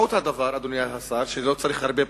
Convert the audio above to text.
משמעות הדבר היא, אדוני השר, לא צריך הרבה פרשנות,